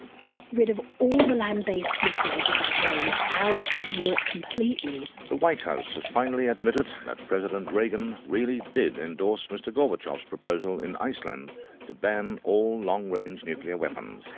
got rid of all the land-based missiles of that range out of europe completely. the white house has finally admitted um that president reagan really did endorse mr gorbachev's proposal in iceland to ban all long-range nuclear weapons.